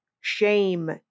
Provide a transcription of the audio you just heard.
shame